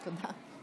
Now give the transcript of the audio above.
תודה.